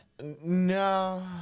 No